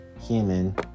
human